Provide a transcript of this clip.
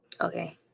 Okay